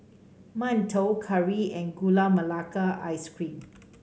mantou curry and Gula Melaka Ice Cream